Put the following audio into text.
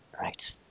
Right